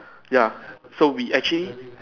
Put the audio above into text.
ya so we actually